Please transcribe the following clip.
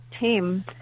team